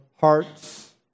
hearts